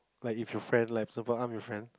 like if your friend like example I'm your friend